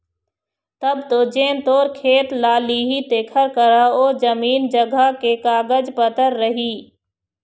तब तो जेन तोर खेत ल लिही तेखर करा ओ जमीन जघा के कागज पतर रही